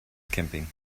camping